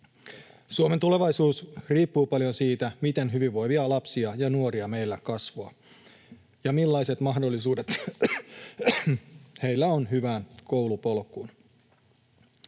Suomen tulevaisuus riippuu paljon siitä, miten hyvinvoivia lapsia ja nuoria meillä kasvaa ja millaiset mahdollisuudet heillä on hyvään koulupolkuun.